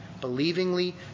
believingly